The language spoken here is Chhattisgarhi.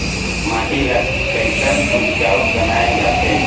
माटी ला कैसन उपजाऊ बनाय जाथे?